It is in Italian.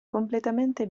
completamente